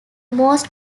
most